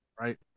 right